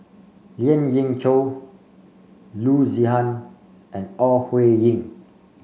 Lien Ying Chow Loo Zihan and Ore Huiying